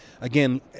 again